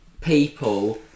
people